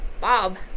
bob